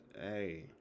Hey